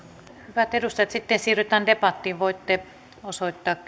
hyvät edustajat sitten siirrytään debattiin voitte osoittaa